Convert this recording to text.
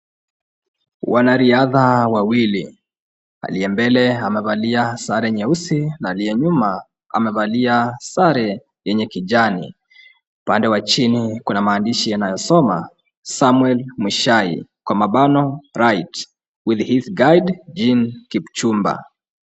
Wanariadha wawili aliyembele amevalia sare nyeusi na aliyenyuma amevalia sare yenye kijani upande wa chini kuna maandishi yanayosoma. samwuel mshai (right) with his guide Jin kipchumba.